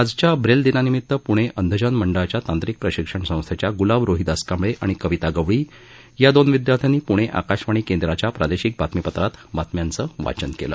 आजच्या ब्रेल दिनानिमीत प्णे अंधजन मंडळाच्या तांत्रिक प्रशिक्षण संस्थेच्या ग्लाब रोहिदास कांबळे आणि कविता गवळी या दोन विद्यार्थ्यांनी प्णे आकाशवाणी केंद्राच्या प्रादेशिक बातमीपत्रात बातम्यांचं वाचन केलं